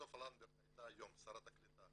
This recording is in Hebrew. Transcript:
סופה לנדבר הייתה היום שרת הקליטה